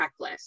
checklist